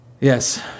Yes